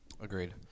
Agreed